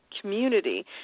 community